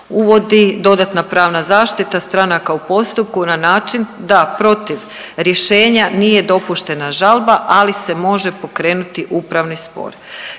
uvodi dodatna pravna zaštita stranaka u postupku na način da protiv rješenja nije dopuštena žalba, ali se može pokrenuti upravni spor.